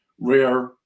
rare